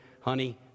honey